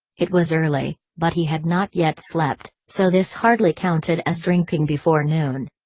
it was early, but he had not yet slept, so this hardly counted as drinking before noon.